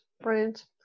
Brilliant